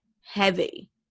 heavy